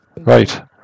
Right